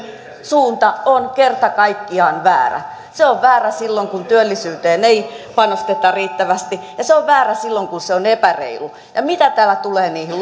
suunta on kerta kaikkiaan väärä se on väärä silloin kun työllisyyteen ei panosteta riittävästi ja se on väärä silloin kun se on epäreilu mitä täällä tulee niihin